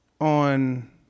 on –